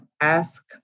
Ask